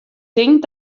tink